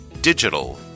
Digital